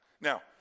Now